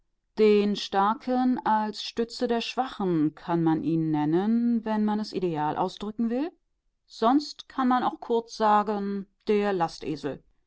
den starken als stütze der schwachen kann man ihn nennen wenn man es ideal ausdrücken will sonst kann man auch kurz sagen der